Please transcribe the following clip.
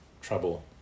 trouble